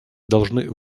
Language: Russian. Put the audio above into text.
должны